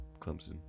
Clemson